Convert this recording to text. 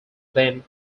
than